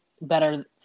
better